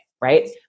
Right